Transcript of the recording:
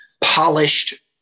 polished